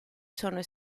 sono